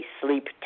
sleep